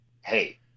hey